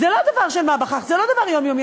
זה לא דבר של מה בכך, זה לא דבר יומיומי.